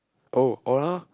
oh aura